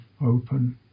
open